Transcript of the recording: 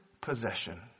possession